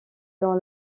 dans